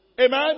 Amen